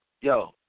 Yo